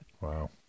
Wow